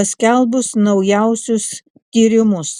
paskelbus naujausius tyrimus